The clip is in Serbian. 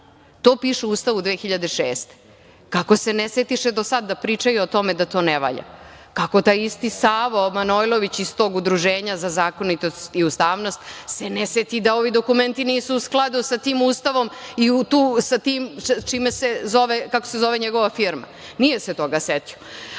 To piše u Ustavu iz 2006. godine. Kako se ne setiše do sad da pričaju o tome da to ne valja? Kako taj isti Savo Manojlović iz tog istog udruženja za zakonitost i ustavnost se ne seti da ovi dokumenti nisu u skladu sa tim Ustavom i sa tim kako se zove njegova firma? Nije se toga setio. Kako